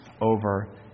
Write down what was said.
over